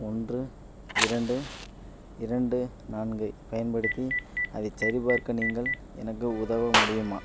ஒன்று இரண்டு இரண்டு நான்கைப் பயன்படுத்தி அதைச் சரிபார்க்க நீங்கள் எனக்கு உதவ முடியுமா